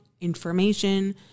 information